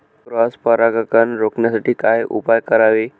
Cross परागकण रोखण्यासाठी काय उपाय करावे?